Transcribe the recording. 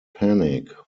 panic